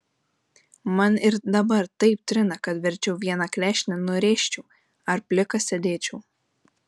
man ir dabar taip trina kad verčiau vieną klešnę nurėžčiau ar plikas sėdėčiau